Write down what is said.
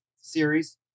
series